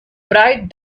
bright